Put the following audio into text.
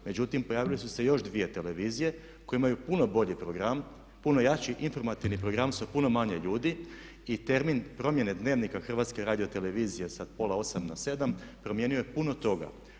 Međutim, pojavile su se još 2 televizije koje imaju puno bolji program, puno jači informativni program sa puno manje ljudi i termin promjene Dnevnika HRT-a sa 19,30 na 19,00 sati promijenio je puno toga.